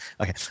Okay